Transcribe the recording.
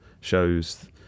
shows